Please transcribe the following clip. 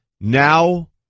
Now